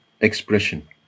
expression